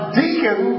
deacon